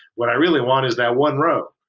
what i really want is that one row.